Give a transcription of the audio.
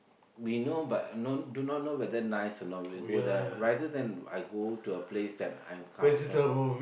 we know but no do not know whether nice or not we go there rather than I go to a place that I'm comfortable